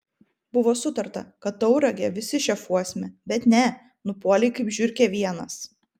buvo sutarta kad tauragę visi šefuosime bet ne nupuolei kaip žiurkė vienas